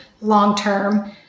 long-term